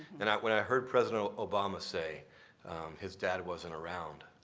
when i heard president obama say his dad wasn't around,